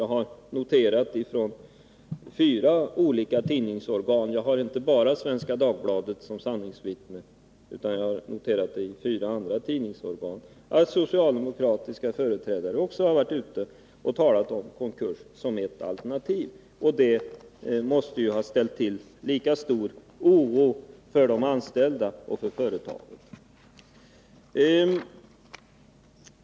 Jag har noterat från fyra olika tidningsorgan — jag har inte bara Svenska Dagbladet som sanningsvittne! — att socialdemokratiska företrädare också talat om konkurs som ett alternativ. Det måste ha orsakat lika stor oro hos de anställda som hos företaget!